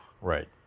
Right